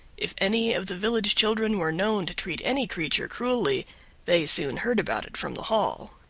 if any of the village children were known to treat any creature cruelly they soon heard about it from the hall.